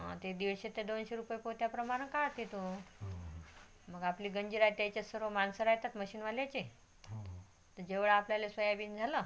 ते दीडशे ते दोनशे रुपये पोत्याप्रमाणं काढते तो मग आपली गंजी राहाते त्याच्यात सर्व माणसं राहातात मशीनवाल्याचे तर जेवढं आपल्याला सोयाबीन झालं